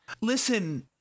Listen